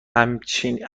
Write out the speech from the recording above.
همچین